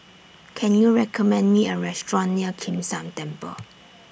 Can YOU recommend Me A Restaurant near Kim San Temple